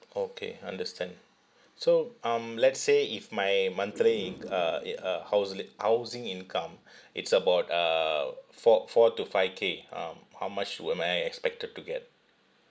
okay understand so um let's say if my monthly inc~ uh i~ uh hously housing income it's about uh four four to five K um how much would am I expected to get